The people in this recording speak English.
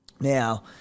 Now